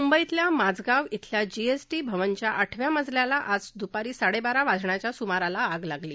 म्ंबईतल्या माझगाव इथल्या जीएसटी भवनच्या आठव्या मजल्याला आज द्पारी साडेबारा वाजण्याच्या सुमाराला आग लागली